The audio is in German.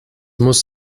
muss